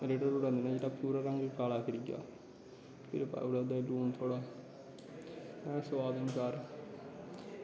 रेड़ा रूड़ा देना जिसलै पूरा रंग काला फिरी जा फ्ही पाई ओड़ेआ ओह्दै च लून थोह्ड़ा सोआद अनुसार